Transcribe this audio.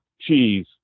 cheese